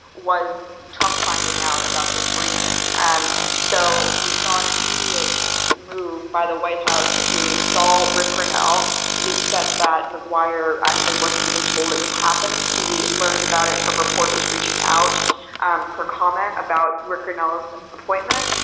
was trump finding out about this briefing? and so we saw an immediate move by the white house to install rick grenell to the extent that maguire actually wasn't even told it was happening. he learned about it from reporters reaching out um for comment about rick renaud's appointment.